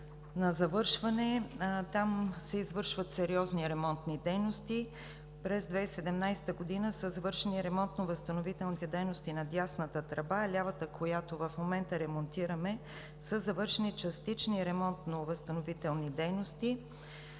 на завършване. Там се извършват сериозни ремонтни дейности. През 2017 г. са завършени ремонтно- възстановителните дейности на дясната тръба. Лявата, която в момента ремонтираме, е със завършени частични ремонтно- възстановителни дейности.